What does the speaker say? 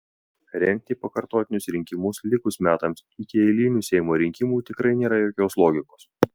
rengti pakartotinius rinkimus likus metams iki eilinių seimo rinkimų tikrai nėra jokios logikos